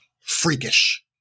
freakish